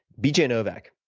b. j. novak.